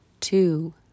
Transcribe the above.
two